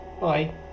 Bye